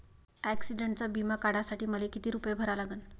ॲक्सिडंटचा बिमा काढा साठी मले किती रूपे भरा लागन?